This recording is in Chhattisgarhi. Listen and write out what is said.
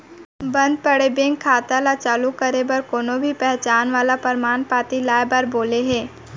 बंद पड़े बेंक खाता ल चालू करे बर कोनो भी पहचान वाला परमान पाती लाए बर बोले हे